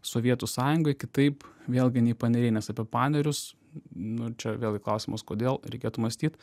sovietų sąjungoj kitaip vėlgi nei paneriai nes apie panerius nu čia vėlgi klausimas kodėl reikėtų mąstyt